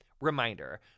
Reminder